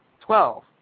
Twelve